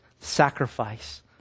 sacrifice